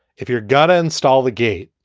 if you're gonna install the gate,